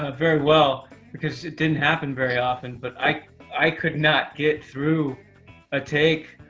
and very well because it didn't happen very often, but i i could not get through a take,